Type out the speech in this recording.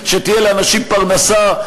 שתהיה לאנשים פרנסה,